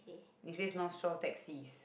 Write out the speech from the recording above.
it says no straw taxi